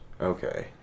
Okay